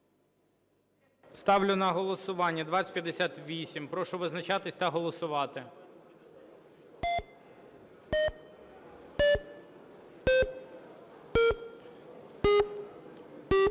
Ставлю на голосування 2071. Прошу визначатись та голосувати.